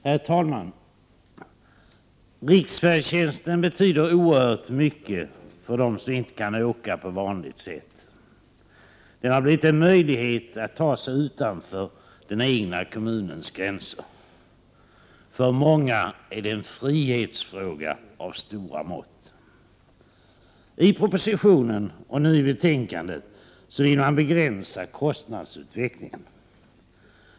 Herr talman! Riksfärdtjänsten betyder oerhört mycket för dem som inte kan åka på vanligt sätt. Den har blivit en möjlighet att ta sig utanför den egna kommunens gränser. För många är detta en frihetsfråga av stora mått. I propositionen, och nu i betänkandet, vill man begränsa kostnadsutvecklingen.